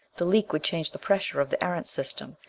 the leak would change the pressure of the erentz system,